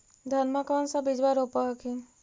धनमा कौन सा बिजबा रोप हखिन?